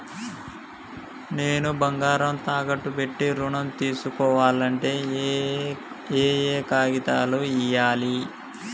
నేను బంగారం తాకట్టు పెట్టి ఋణం తీస్కోవాలంటే ఏయే కాగితాలు ఇయ్యాలి?